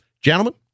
Gentlemen